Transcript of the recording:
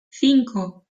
cinco